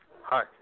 Hi